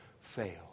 fail